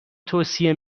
توصیه